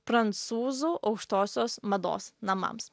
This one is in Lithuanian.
prancūzų aukštosios mados namams